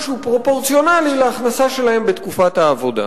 שהוא פרופורציונלי להכנסה שלהם בתקופת העבודה.